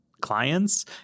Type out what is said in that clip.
clients